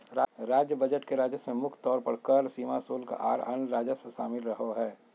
राज्य बजट के राजस्व में मुख्य तौर पर कर, सीमा शुल्क, आर अन्य राजस्व शामिल रहो हय